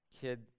kid